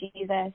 Jesus